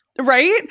Right